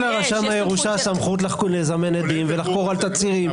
יש לרשם הירושה סמכות לזמן עדים ולחקור על תצהירים,